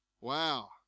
Wow